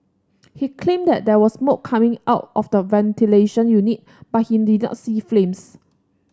he claimed that there was smoke coming out of the ventilation unit but he did not see flames